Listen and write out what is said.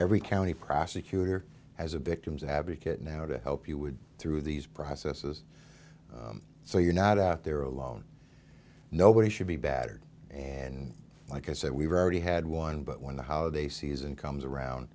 every county prosecutor has a victim's advocate now to help you would through these processes so you're not out there alone nobody should be battered and like i said we've already had one but when the holiday season comes around